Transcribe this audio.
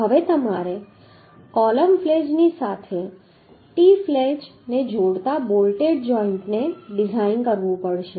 હવે તમારે column flange સાથે ટી ફ્લેંજ ને જોડતા બોલ્ટેડ જોઈન્ટને ડિઝાઇન કરવું પડશે